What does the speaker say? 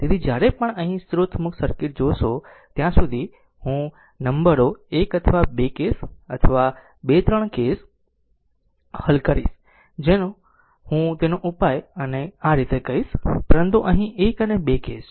તેથી જ્યારે પણ અહીં સ્રોત મુક્ત સર્કિટ જોશો ત્યાં સુધી હું જો નંબરો 1 અથવા 2 કેસ અથવા 2 3 કેસ હલ કરીશ ત્યારે હું તેનો ઉપાય અને આ રીતે કહીશ પરંતુ અહીં 1 અને 2 કેસ છે